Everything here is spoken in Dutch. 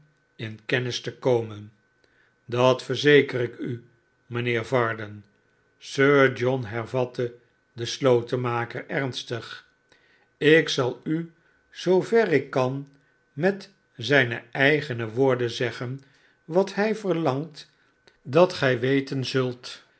in kennis te komen dat verzeker ik u mijnheer varden sir john hervatte de slotenmaker ernstig ik zal u zoover ik kan met zijne eigene woorden zeggen wat hij verlangt dat gij weten zult